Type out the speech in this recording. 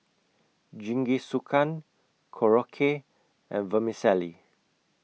Jingisukan Korokke and Vermicelli